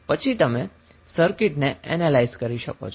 પછી તમે સર્કિટને એનેલાઈઝ કરી શકો છો